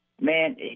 Man